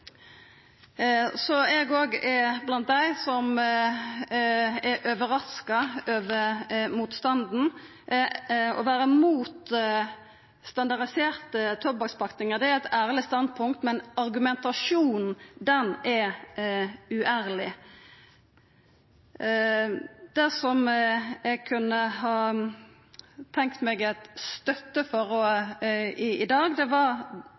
Så eg er blant dei som er overraska over motstanden. Å vera mot standardiserte tobakkspakningar er eit ærleg standpunkt, men argumentasjonen er uærleg. Det som eg kunne ha tenkt meg støtte til i dag, var at vi no fekk på plass dette med ei kommunal tilsynsordning. Det